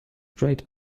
great